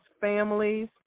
families